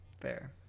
Fair